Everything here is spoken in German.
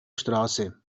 straße